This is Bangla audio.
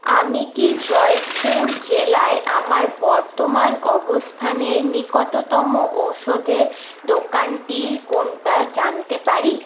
আমি কি জয়পুর জেলায় আমার বর্তমান অবস্থানের নিকটতম ওষুধের দোকানটি কোনটা জানতে পারি